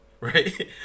right